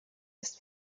ist